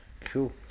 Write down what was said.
Cool